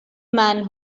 man